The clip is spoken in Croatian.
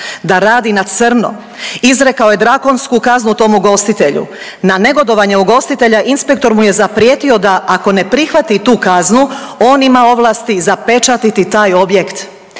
da radi na crno. Izrekao je drakonsku kaznu tom ugostitelju. Na negodovanje ugostitelja, inspektor mu je zaprijetio da, ako ne prihvati tu kaznu, on ima ovlasti zapečatiti taj objekt.